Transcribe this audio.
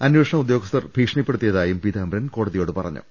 അന്വേഷണ ഉദ്യോഗസ്ഥർ ഭീഷണിപ്പെടുത്തിയതായും പീതാംബരൻ കോടതിയോട് പറഞ്ഞു